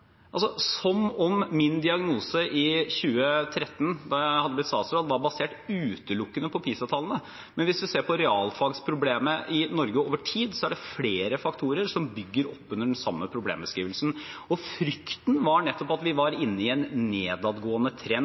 Som om min diagnose i 2013, da jeg hadde blitt statsråd, var basert utelukkende på PISA-tallene! Men hvis man ser på realfagsproblemet i Norge over tid, er det flere faktorer som bygger opp under den samme problembeskrivelsen, og frykten var nettopp at vi var inne i en nedadgående trend.